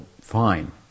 fine